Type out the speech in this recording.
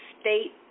state